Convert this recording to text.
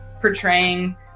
portraying